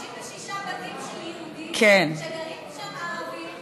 36 בתים של יהודים, וגרים שם ערבים.